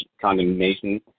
condemnation